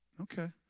Okay